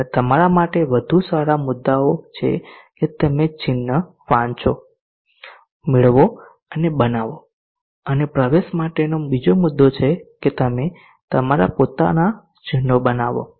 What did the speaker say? અને તમારા માટે વધુ સારા મુદ્દાઓ છે કે તમે ચિહ્નો વાંચો મેળવો અને બનાવો અને પ્રવેશ માટેનો બીજો મુદ્દો છે કે તમે તમારા પોતાના ચિહ્નો બનાવો